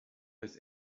his